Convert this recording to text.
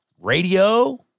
radio